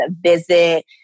visit